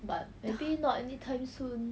but maybe not anytime soon